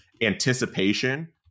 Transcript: anticipation